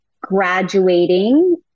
graduating